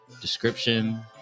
description